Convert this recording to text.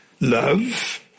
love